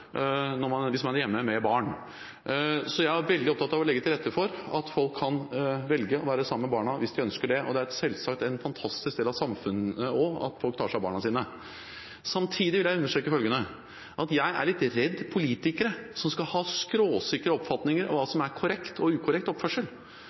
hvis man er hjemme med barnet. Jeg er veldig opptatt av å legge til rette for at folk kan velge å være sammen med barna hvis de ønsker det. Det er selvsagt en fantastisk del av samfunnslivet at folk tar seg av barna sine. Samtidig vil jeg understreke følgende: Jeg er litt redd politikere som skal ha skråsikre oppfatninger om hva